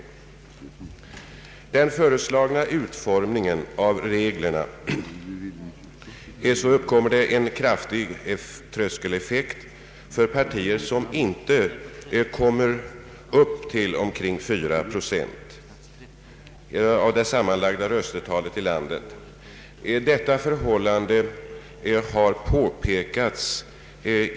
Enligt den föreslagna utformningen av reglerna uppkommer en kraftig tröskeleffekt för partier, som inte kommer upp till omkring 4 procent av det sammanlagda röstetalet i landet.